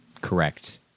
Correct